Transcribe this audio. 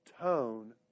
tone